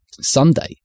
Sunday